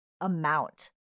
amount